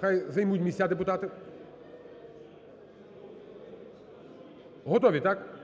хай займуть місця депутати. Готові, так.